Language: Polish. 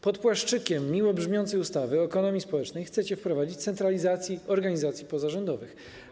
Pod płaszczykiem miło brzmiącego tytułu: ustawa o ekonomii społecznej chcecie wprowadzić centralizację organizacji pozarządowych.